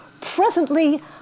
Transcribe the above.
Presently